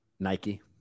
Nike